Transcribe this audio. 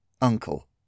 uncle